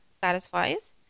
satisfies